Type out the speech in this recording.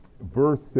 Verse